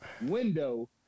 window